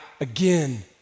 again